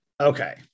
Okay